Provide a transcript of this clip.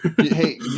Hey